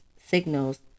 signals